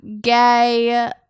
gay